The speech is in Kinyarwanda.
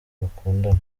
bakundana